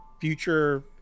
future